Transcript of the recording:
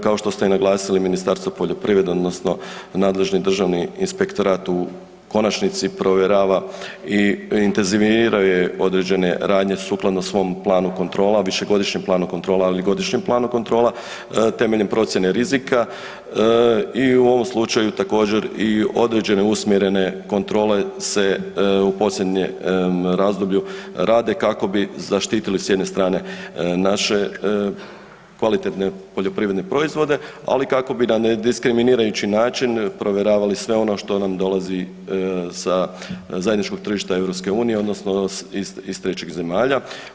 Kao što ste i naglasili, Ministarstvo poljoprivrede odnosno nadležni Državni inspektorat u konačnici provjerava i intenzivira određene radnje sukladno svom planu kontrola, višegodišnjem planu kontrola ali i godišnjem planu kontrola temeljem procjene rizika i u ovom slučaju također i određene usmjerene kontrole se u posljednjem razdoblju rade kako bi zaštitili s jedne strane naše kvalitetne poljoprivredne proizvode, ali i kako bi na nediskriminirajući način provjeravali sve ono što nam dolazi sa zajedničkog tržišta EU-a odnosno iz trećih zemalja.